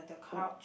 oh